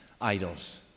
idols